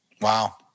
Wow